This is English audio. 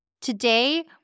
today